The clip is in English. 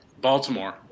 Baltimore